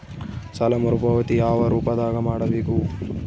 ಸಾಲ ಮರುಪಾವತಿ ಯಾವ ರೂಪದಾಗ ಮಾಡಬೇಕು?